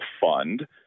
fund